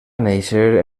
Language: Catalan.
néixer